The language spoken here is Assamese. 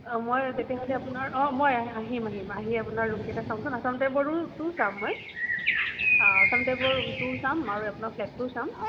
অঁ মই তেতিয়াহ'লে আপোনাৰ অঁ মই আহিম আহিম আহি আপোনাৰ ৰুমকেইটা চাওঁচোন আচাম টাইপৰটোও চাম মই আচাম টাইপৰ ৰুমটোও চাম আৰু আপোনাৰ ফ্লেটটোও চাম